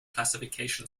classification